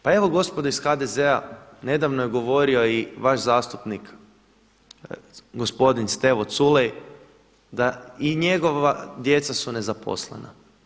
Pa evo gospodo iz HDZ-a nedavno je govorio i vaš zastupnik gospodin Stevo Culej da i njegova djeca su nezaposlena.